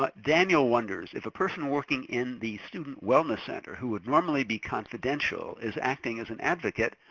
but daniel wonders, if a person working in the student wellness center who would normally be confidential is acting as an advocate,